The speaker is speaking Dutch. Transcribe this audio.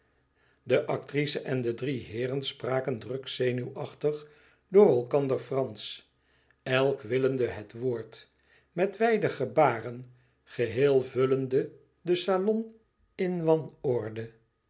de actrice en de drie heeren spraken druk zenuwachtig door elkander fransch elk willende het woord met wijde gebaren geheel vullende den salon in wanorde